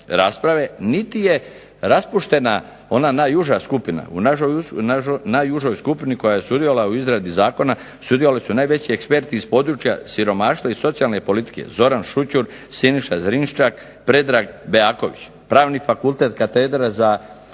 niti je raspuštena ona najuža skupina. U našoj najužoj skupini koja je sudjelovala u izradi zakona sudjelovali su najveći eksperti iz područja siromaštva iz socijalne politike Zoran Šućur, Siniša Zrinščak, Predrag Beaković. Pravni fakultet Katedra za